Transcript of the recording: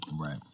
Right